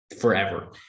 forever